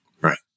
Right